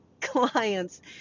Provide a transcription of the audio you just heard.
clients